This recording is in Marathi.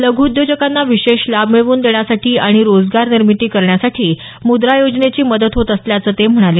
लघ्उद्योजकांना विशेष लाभ मिळवून देण्यासाठी आणि रोजगारनिर्मिती करण्यासाठी मुद्रा योजनेची मदत होत असल्याचं ते म्हणाले